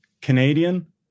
Canadian